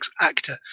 actor